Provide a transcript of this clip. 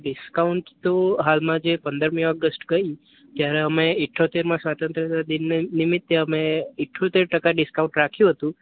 discount તો હાલ માં જે પંદરમી ઓગસ્ટ ગઈને ત્યારે અમે ઈઠયોતેરમાં સ્વતંત્રદિન નિમિત્તે અમે ઈઠયોતેર ટકા ડિસ્કાઉન્ટ રાખ્યું હતું